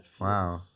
wow